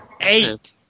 Eight